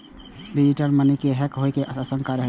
digital money के hack होइ के आशंका रहै छै